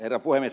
herra puhemies